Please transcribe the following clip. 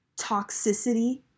toxicity